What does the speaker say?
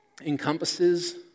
encompasses